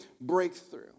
breakthrough